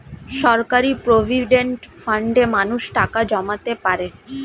সরকারি প্রভিডেন্ট ফান্ডে মানুষ টাকা জমাতে পারে